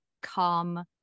calm